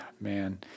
Man